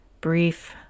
brief